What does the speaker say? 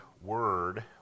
word